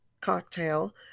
cocktail